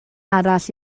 arall